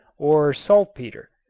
or saltpeter.